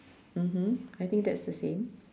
mmhmm I think that's the same